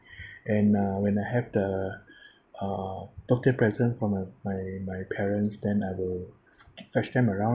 and uh when I have the uh birthday present from uh my my parents then I will fetch them around